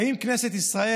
האם כנסת ישראל,